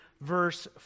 verse